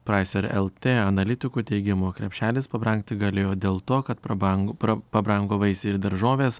praiser lt analitikų teigimu krepšelis pabrangti galėjo dėl to kad prabangų pabrango vaisiai ir daržovės